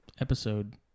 episode